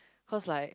cause like